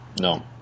No